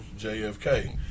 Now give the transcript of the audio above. JFK